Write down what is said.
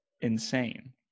insane